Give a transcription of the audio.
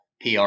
PR